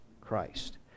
Christ